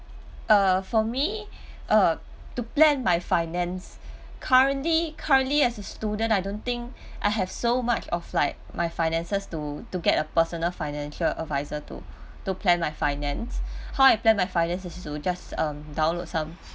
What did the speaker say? err for me uh to plan my finance currently currently as a student I don't think I have so much of like my finances to to get a personal financial adviser to to plan my finance how I plan my finance is just to just um download some